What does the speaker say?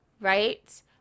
right